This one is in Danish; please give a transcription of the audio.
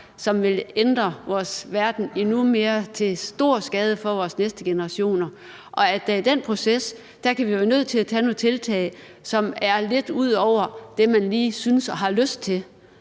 som vil ændre vores verden endnu mere til stor skade for vores næste generationer, og at vi i den proces kan blive nødt til at tage nogle tiltag, som er lidt ud over det, man lige synes man har lyst til,